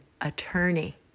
attorney